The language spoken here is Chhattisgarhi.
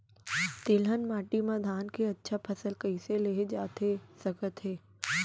तिलहन माटी मा धान के अच्छा फसल कइसे लेहे जाथे सकत हे?